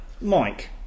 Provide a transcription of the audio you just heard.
Mike